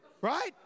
right